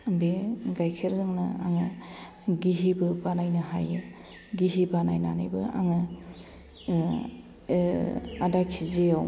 बे गायखेरजोंनो आङो गिहिबो बानायनो हायो गिहि बानायनानैबो आङो आदा किजियाव